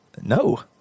No